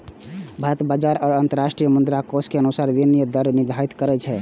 भारत बाजार आ अंतरराष्ट्रीय मुद्राकोष के अनुसार विनिमय दर निर्धारित करै छै